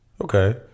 Okay